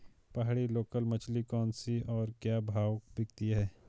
पहाड़ी लोकल मछली कौन सी है और क्या भाव बिकती है?